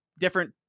different